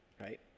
right